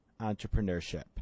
entrepreneurship